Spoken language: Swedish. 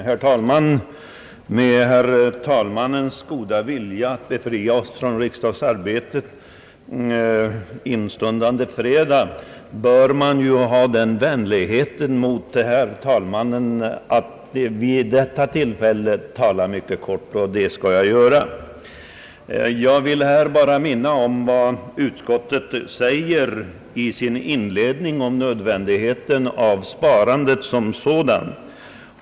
Herr talman! Med tanke på herr talmannens goda vilja att befria oss från riksdagsarbetet instundande fredag bör man ju ha den vänligheten mot herr talmannen, att vid detta tillfälle tala mycket kort, och det skall jag göra. Jag vill bara påminna om vad utskottet säger i sin inledning i betänkandet om nödvändigheten av sparandet som sådant.